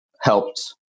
helped